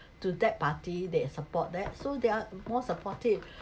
to that party they support that so they're more supportive